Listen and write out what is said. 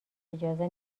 اجازه